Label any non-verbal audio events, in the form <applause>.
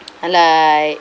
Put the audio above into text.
<noise> like